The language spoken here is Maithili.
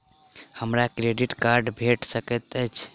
हमरा क्रेडिट कार्ड भेट सकैत अछि?